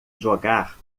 jogar